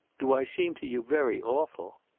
do i seem to you very awful?